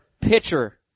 pitcher